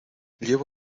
lleva